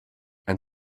and